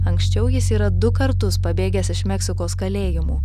anksčiau jis yra du kartus pabėgęs iš meksikos kalėjimų